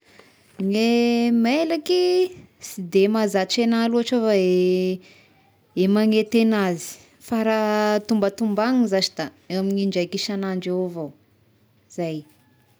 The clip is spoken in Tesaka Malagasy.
Ne mailaky sy de mahazatry anahy loatra eh magnety anazy fa raha tombatombagnany zashy da eo amin'ny indraika isan'andro eo avao, zay.